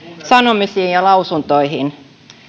sanomisiin ja lausuntoihin